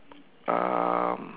um